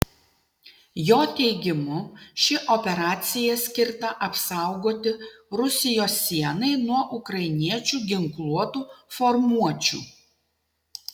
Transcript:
jo teigimu ši operacija skirta apsaugoti rusijos sienai nuo ukrainiečių ginkluotų formuočių